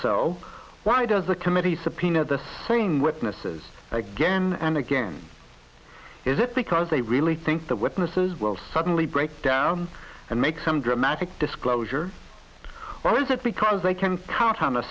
so why does the committee subpoena the same witnesses again and again is it because they really think the witnesses will suddenly break down and make some dramatic disclosure or is it because they can't count on a